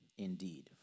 Indeed